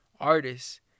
artists